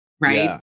right